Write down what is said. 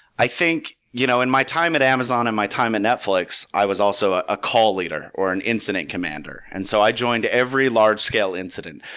i think, you know in my time at amazon and my time at netflix, i was also ah a call leader, or an incident commander. and so i joined every large scale incident.